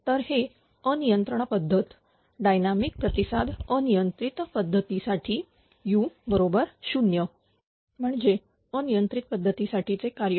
तर हे अनियंत्रित पद्धत डायनामिक प्रतिसाद अनियंत्रित पद्धतीसाठी u बरोबर0 म्हणजेच अनियंत्रित पद्धतीसाठी चे कार्य